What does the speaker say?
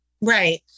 right